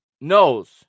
knows